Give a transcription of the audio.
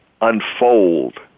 unfold